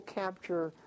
capture